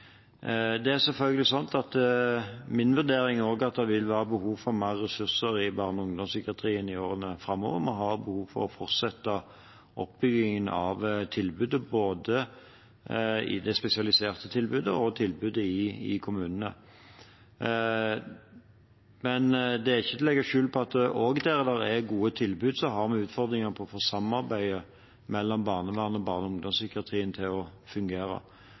Min vurdering er selvfølgelig at det vil være behov for mer ressurser i barne- og ungdomspsykiatrien i årene framover. Vi har behov for å fortsette oppbyggingen av tilbudet, både det spesialiserte tilbudet og tilbudet i kommunene. Det er ikke til å legge skjul på at også der det er gode tilbud, har vi utfordringer med å få samarbeidet mellom barnevernet og barne- og ungdomspsykiatrien til å fungere.